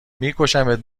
میکشمت